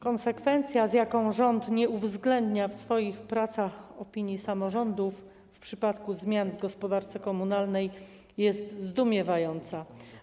Konsekwencja, z jaką rząd nie uwzględnia w swoich pracach opinii samorządów w przypadku zmian w gospodarce komunalnej, jest zdumiewająca.